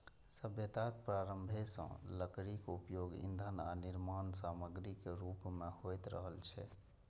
सभ्यताक प्रारंभे सं लकड़ीक उपयोग ईंधन आ निर्माण समाग्रीक रूप मे होइत रहल छै